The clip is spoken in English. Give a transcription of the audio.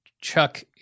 Chuck